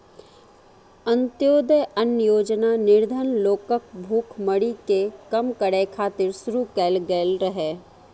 अंत्योदय अन्न योजना निर्धन लोकक भुखमरी कें कम करै खातिर शुरू कैल गेल रहै